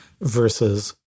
versus